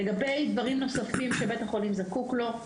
לגבי דברים נוספים שבית החולים זקוק להם,